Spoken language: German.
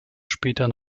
später